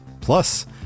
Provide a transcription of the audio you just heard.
Plus